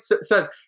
says